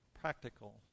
practical